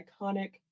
iconic